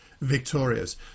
victorious